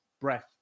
breath